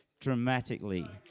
dramatically